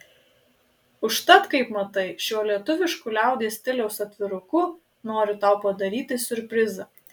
užtat kaip matai šiuo lietuvišku liaudies stiliaus atviruku noriu tau padaryti siurprizą